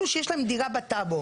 אלה שיש להם דירה בטאבו,